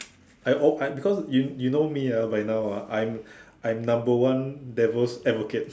I or I because you you know me ah by now ah I'm I'm number one devil's advocate